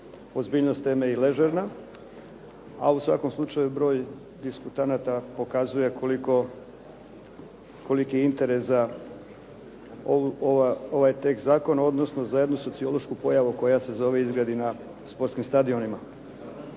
ozbiljnost teme i ležerna a u svakom slučaju broj diskutanata pokazuje koliki je interes za ovaj tekst zakona odnosno za jednu sociološku pojavu koja se zove izgredi na sportskim stadionima.